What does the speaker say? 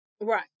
Right